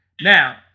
Now